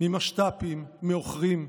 משת"פים, עוכרים.